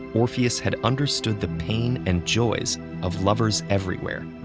orpheus had understood the pain and joys of lovers everywhere,